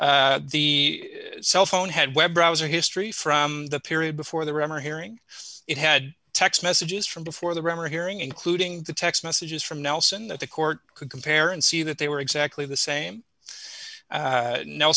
particular the cell phone had web browser history from the period before the remember hearing it had text messages from before the rumor hearing including the text messages from nelson that the court could compare and see that they were exactly the same